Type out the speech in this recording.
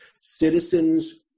Citizens